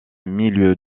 milieu